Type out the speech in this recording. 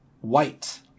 white